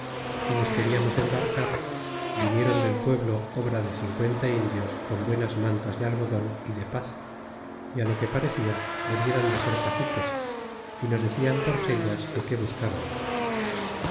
llenas nos quedamos embarcar vinieron del pueblo obra de cincuenta indios con buenas mantas tia algodon y de paz y á lo que pamela debieran de ser caciques y nos decían por lías que qué buscabamos